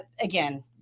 Again